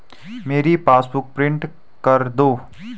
मेरी passbook print कर दो